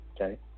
okay